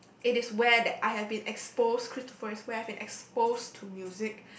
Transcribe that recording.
it is where that I have been exposed cristofori where I've been exposed to music